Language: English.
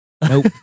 Nope